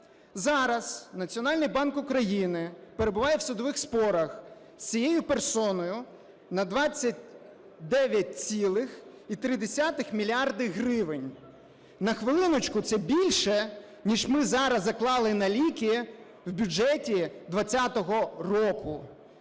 Зараз Національний банк України перебуває в судових спорах з цією персоною на 29,3 мільярди гривень. На хвилиночку, це більше, ніж ми зараз заклали на ліки в бюджеті 20-го року.